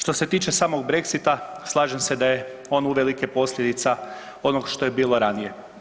Što se tiče samog Brexita slažem se da je on uvelike posljedica onog što je bilo ranije.